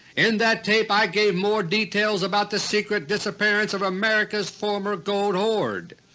in that tape i gave more details about the secret disappearance of america's former gold hoard.